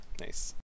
Nice